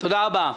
תודה רבה.